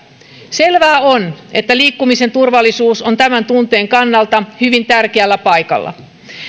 selvää on että liikkumisen turvallisuus on tämän tunteen kannalta hyvin tärkeällä paikalla